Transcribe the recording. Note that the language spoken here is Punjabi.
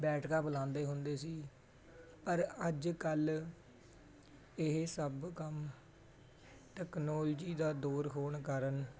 ਬੈਠਕਾਂ ਬੁਲਾਉਂਦੇ ਹੁੰਦੇ ਸੀ ਪਰ ਅੱਜ ਕੱਲ੍ਹ ਇਹ ਸਭ ਕੰਮ ਟੈਕਨੋਲੋਜੀ ਦਾ ਦੌਰ ਹੋਣ ਕਾਰਨ